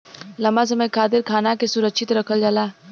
लंबा समय खातिर खाना के सुरक्षित रखल जाला